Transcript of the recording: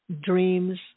dreams